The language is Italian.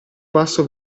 passo